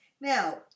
Now